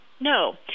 No